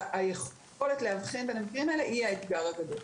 היכולת להבחין בין המקרים האלה היא האתגר הגדול.